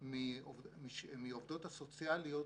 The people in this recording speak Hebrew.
מהעובדות הסוציאליות